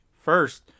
First